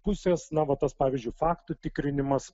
pusės na va tas pavyzdžiui faktų tikrinimas